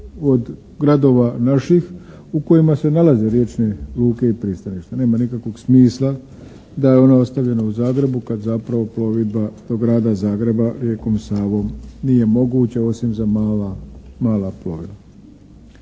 od gradova naših u kojima se nalaze riječne luke i pristaništa. Nema nikakvog smisla da je ono stavljeno u Zagrebu kad zapravo plovidba do Grad Zagreba rijekom Savom nije moguće osim za mala plovila.